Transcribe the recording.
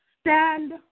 stand